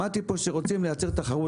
שמעתי פה שרוצים לייצר תחרות,